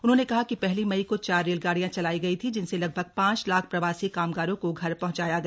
उन्होंने कहा कि पहली मई को चार रेलगाडियां चलाई गई थीं जिनसे लगभग पांच लाख प्रवासी कामगारों को घर पहुंचाया गया